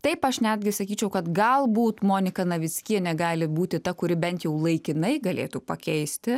taip aš netgi sakyčiau kad galbūt monika navickienė gali būti ta kuri bent jau laikinai galėtų pakeisti